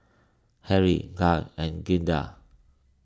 Harry Guy and Glynda